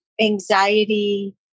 anxiety